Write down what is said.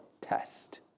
test